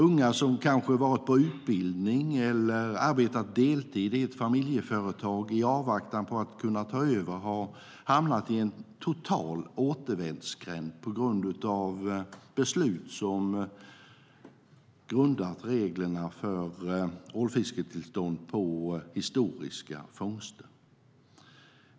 Unga som kanske har varit på utbildning eller arbetat deltid i ett familjeföretag i avvaktan på att kunna ta över har hamnat i en total återvändsgränd, på grund av beslut där reglerna för ålfisketillstånd grundas på historiska fångster.